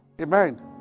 Amen